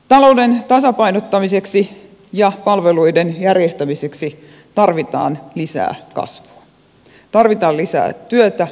talouden tasapainottamiseksi ja palveluiden järjestämiseksi tarvitaan lisää kasvua tarvitaan lisää työtä ja työpaikkoja